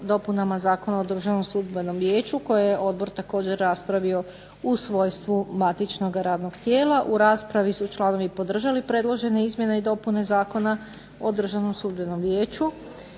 raspravio u svojstvu matičnog radnog tijela u raspravi su članovi podržali predložene izmjene i dopune Zakona o Državnom sudbenom vijeću.